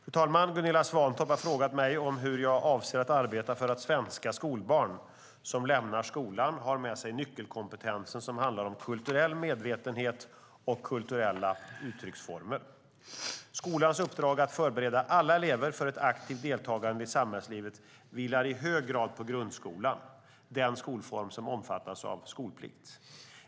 Fru talman! Gunilla Svantorp har frågat mig om hur jag avser att arbeta för att svenska skolbarn som lämnar skolan har med sig nyckelkompetensen som handlar om kulturell medvetenhet och kulturella uttrycksformer. Skolans uppdrag att förbereda alla elever för ett aktivt deltagande i samhällslivet vilar i hög grad på grundskolan, den skolform som omfattas av skolplikt.